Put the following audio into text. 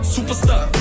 Superstar